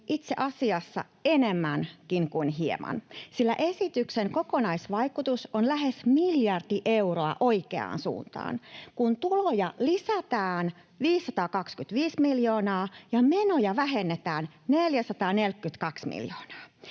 itse asiassa enemmänkin kuin hieman, sillä esityksen kokonaisvaikutus on lähes miljardi euroa oikeaan suuntaan, kun tuloja lisätään 525 miljoonaa ja menoja vähennetään 442 miljoonaa.